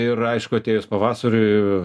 ir aišku atėjus pavasariui